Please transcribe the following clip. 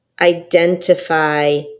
identify